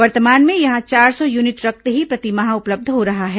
वर्तमान में यहां चार सौ यूनिट रक्त ही प्रतिमाह उपलब्ध हो रहा है